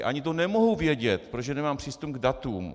Ani to nemohu vědět, protože nemám přístup k datům.